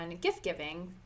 gift-giving